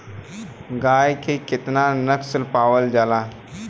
गाय के केतना नस्ल पावल जाला?